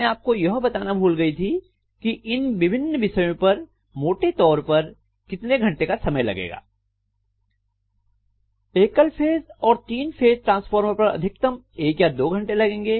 मैं आपको यह बताना भूल गई थी कि इन विभिन्न विषयों पर मोटे तौर पर कितने घंटे का समय लगेगा एकल फेज और तीन फेज ट्रांसफार्मर पर अधिकतम 1 या 2 घंटे लगेंगे